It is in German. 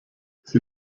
sie